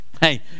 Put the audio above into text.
hey